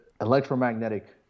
electromagnetic